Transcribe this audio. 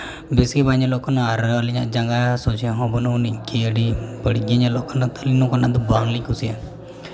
ᱵᱮᱥᱜᱮ ᱵᱟᱝ ᱧᱮᱞᱚᱜ ᱠᱟᱱᱟ ᱟᱨ ᱟᱹᱞᱤᱧᱟᱜ ᱡᱟᱸᱜᱟ ᱥᱚᱡᱷᱮ ᱦᱚᱸ ᱵᱟᱹᱱᱩᱜ ᱟᱹᱱᱤᱡ ᱠᱤ ᱟᱹᱰᱤ ᱵᱟᱹᱲᱤᱡᱜᱮ ᱧᱮᱞᱚᱜ ᱠᱟᱱᱟ ᱛᱳ ᱱᱚᱝᱠᱟᱱᱟᱜ ᱫᱚ ᱵᱟᱝᱞᱤᱧ ᱠᱩᱥᱤᱭᱟᱜᱼᱟ